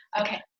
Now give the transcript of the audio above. okay